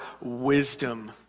wisdom